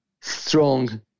strong